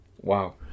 Wow